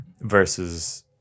versus